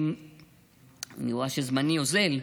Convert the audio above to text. אני רואה שזמני אוזל.